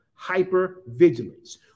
hypervigilance